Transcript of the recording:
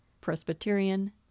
Presbyterian